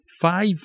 five